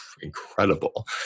incredible